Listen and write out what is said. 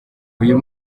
uyu